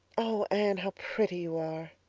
oh, anne, how pretty you are,